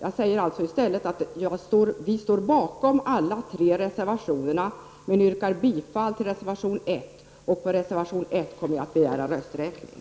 Jag säger alltså i stället att vi står bakom alla tre reservationerna men yrkar bifall till reservation 1. Och när det gäller reservation 1 kommer jag att begära rösträkning.